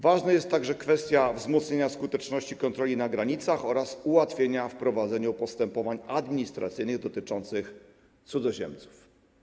Ważne są także: kwestia wzmocnienia skuteczności kontroli na granicach oraz ułatwienia w prowadzeniu postępowań administracyjnych dotyczących cudzoziemców.